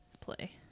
play